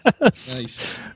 nice